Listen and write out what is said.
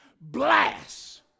Blast